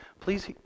Please